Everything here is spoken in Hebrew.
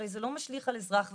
הרי זה לא משליך על אזרח ותיק,